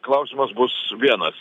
klausimas bus vienas